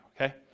okay